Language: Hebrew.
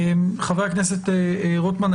חבר הכנסת רוטמן,